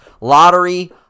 lottery